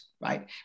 right